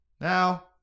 Now